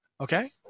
Okay